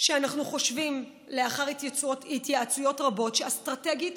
שאנחנו חושבים, לאחר התייעצויות רבות, שאסטרטגית